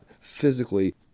physically